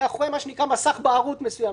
מאחורי מה שנקרא "מסך בערות" מסוים,